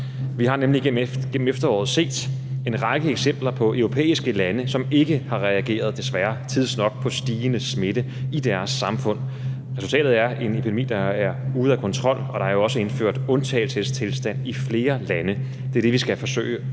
Vi har nemlig gennem efteråret set en række eksempler på europæiske lande, som desværre ikke har reageret tidsnok på stigende smitte i deres samfund. Resultatet er en epidemi, der er ude af kontrol, og der er jo også indført undtagelsestilstand i flere lande. Vi skal gøre